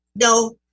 no